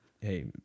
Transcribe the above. hey